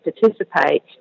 participate